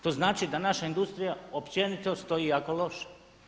To znači da naša industrija općenito stoji jako loše.